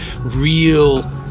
Real